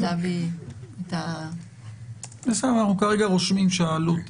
מתחייבת להביא --- כרגע אנחנו רושמים שהעלות